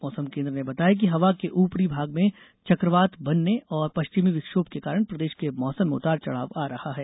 मौसम केन्द्र ने बताया कि हवा के ऊपरी भाग में चक्रवात बनने और पश्चिमी विक्षोभ के कारण प्रदेश के मौसम उतार चढ़ाव आ रहा है